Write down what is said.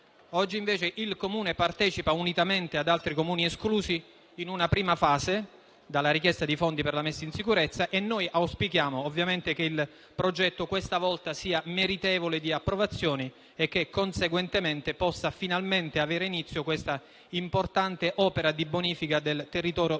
Oggi, invece, il Comune partecipa, unitamente ad altri Comuni esclusi, ad una prima fase della richiesta di fondi per la messa in sicurezza e noi auspichiamo ovviamente che il progetto questa volta sia meritevole di approvazione e che, conseguentemente, possa finalmente avere inizio questa importante opera di bonifica del territorio